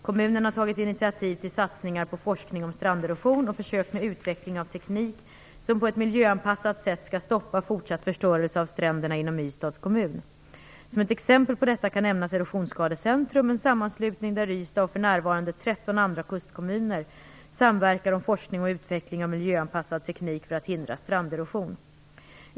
Kommunen har tagit initiativ till satsningar på forskning om stranderosion och försök med utveckling av teknik som på ett miljöanpassat sätt skall stoppa fortsatt förstörelse av stränderna inom Ystads kommun. Som ett exempel på detta kan nämnas Erosionsskadecentrum, en sammanslutning där Ystad och för närvarande tretton andra kustkommuner samverkar om forskning och utveckling av miljöanpassad teknik för att hindra stranderosion.